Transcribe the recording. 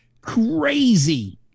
Crazy